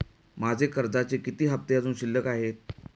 माझे कर्जाचे किती हफ्ते अजुन शिल्लक आहेत?